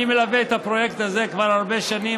אני מלווה את הפרויקט כבר הרבה שנים,